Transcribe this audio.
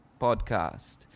podcast